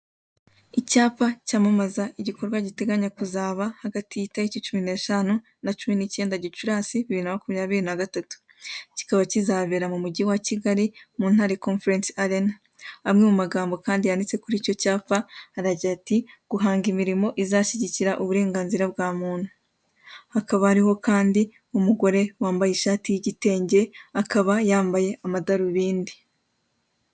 Icyapa cyamamaza igikorwa gitegenywa kuba hagati y'itariki cumi n'eshanu na cumi n'icyenda Gicurasi, bibiri na makumyabiri na gatatu. Kikaba kizabera mu mujyi wa Kigali, mu Ntare Conference Arena. Amwe mu magambo kandi yanditse kuri icyo cyapa, aragira ati:"Guhanga imirimo izashyigikira uburenganzira bwa muntu." Hakaba hariho kandi umugore wambaye ishati y'igitenge, akaba yambaye amadarubindi.